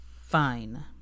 Fine